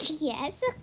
Yes